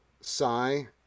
psi